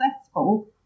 successful